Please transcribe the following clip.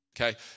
Okay